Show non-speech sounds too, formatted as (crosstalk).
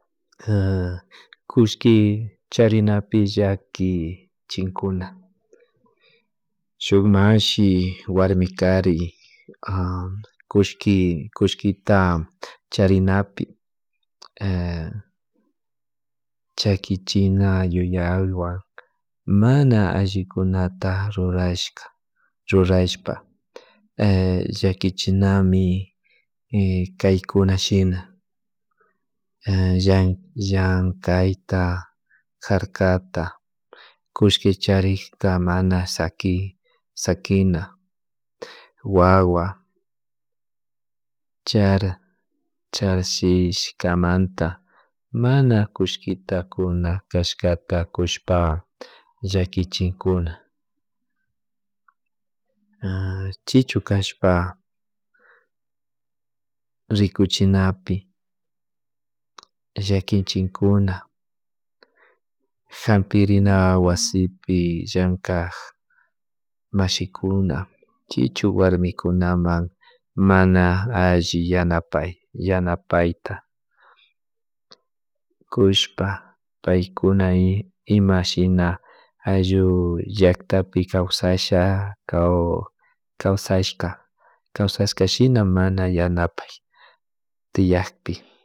(hesitation) kullki charinapi llaki chinkuna shuk mashi warmi kari (hesitation) kushki kushkita chairnapi (hesitation) chakichina yuyaywan mana allikunata rrurashka rrullashpa (hesitation) llakichinami (hesitation) caykuna shina (hesitation) llan llankayta jarkata kullki charikta mana saki sakina wawa (hesitation) charsishkamanata mana kullkina kuna kashakta kushpa llakichinkuna (hesitation) chichukashpa rikuchinapi llakichinkuna jampirina wasipi llankak mashikuna chichu warmikunaman mana alli yanapay yanapayta kushpa paykuna (hesitation) ima shina ayllu llaktapi kawsaha kaw kasashaka kawsashkashina mana yanapay tiyakpi